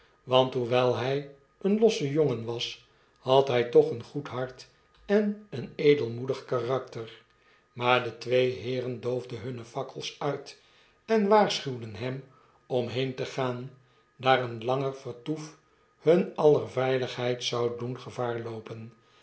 want hoewel hij een losse jongen was had hy toch een goed hart en een edelmoedig karakter maar detweeheeren doofden hunne fakkels uit en waarschuwden hem om heen te gaan daar een langer vertoef hun aller veiligheid zou doen gevaar loopen